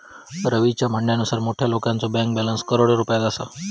रवीच्या म्हणण्यानुसार मोठ्या लोकांचो बँक बॅलन्स करोडो रुपयात असा